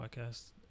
podcast